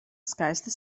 skaista